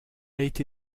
été